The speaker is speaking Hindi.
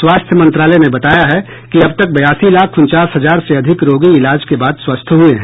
स्वास्थ्य मंत्रालय ने बताया है कि अब तक बयासी लाख उनचास हजार से अधिक रोगी इलाज के बाद स्वस्थ हुए हैं